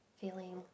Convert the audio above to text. feeling